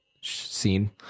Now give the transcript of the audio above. scene